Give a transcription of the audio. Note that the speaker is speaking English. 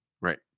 right